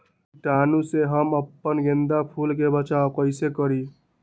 कीटाणु से हम अपना गेंदा फूल के बचाओ कई से करी?